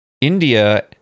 India